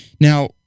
Now